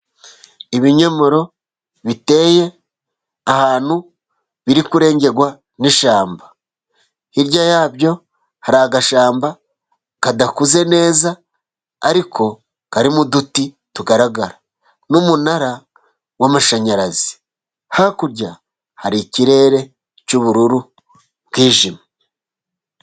Ibinyomoro biteye ahantu biri kurengerwa n'ishyamba. Hirya yabyo hari agashyamba kadakuze neza, ariko karimo uduti tugaragara, n'umunara w'amashanyarazi. Hakurya hari ikirere cy'ubururu bwijimye.